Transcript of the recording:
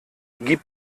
gib